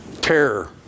Terror